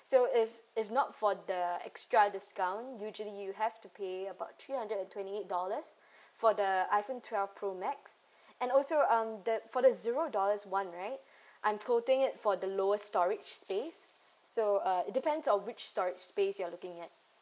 so if if not for the extra discount usually you have to pay about three hundred and twenty eight dollars for the iPhone twelve pro max and also um the for the zero dollars [one] right I'm quoting it for the lowest storage space so uh it depends on which storage space you're looking at